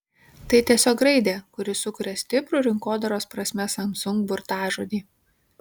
tai tiesiog raidė kuri sukuria stiprų rinkodaros prasme samsung burtažodį